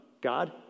God